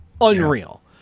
unreal